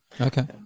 okay